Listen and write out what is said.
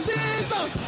Jesus